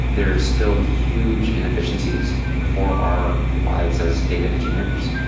there are still huge ineffi ciencies for our lives as data engineers.